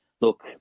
look